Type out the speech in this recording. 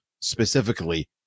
specifically